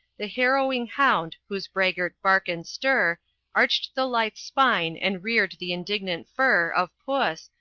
the harrowing hound, whose braggart bark and stir arched the lithe spine and reared the indignant fur of puss,